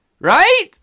Right